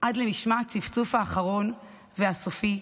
עד למשמע הצפצוף האחרון והסופי,